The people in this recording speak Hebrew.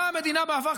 באה המדינה בעבר,